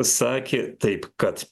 sakė taip kad